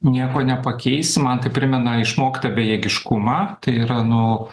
nieko nepakeisi man tai primena išmoktą bejėgiškumą tai yra nu